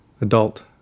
adult